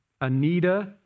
Anita